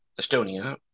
Estonia